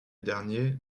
dernier